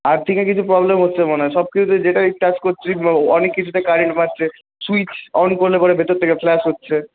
আরথিংয়ে কিছু প্রবলেম হচ্ছে মনে হয় সব কিছুতে যেটাই টাচ করছি অনেক কিছুতে কারেন্ট মারছে সুইচ অন করলে পরে ভেতর থেকে ফ্ল্যাশ হচ্ছে